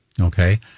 Okay